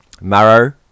marrow